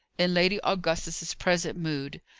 in lady augusta's present mood,